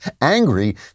angry